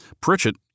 Pritchett